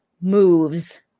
moves